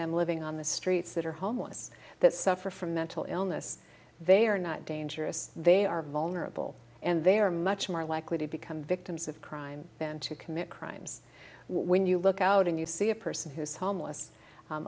them living on the streets that are homeless that suffer from mental illness they are not dangerous they are vulnerable and they are much more likely to become victims of crime than to commit crimes when you look out and you see a person who's homeless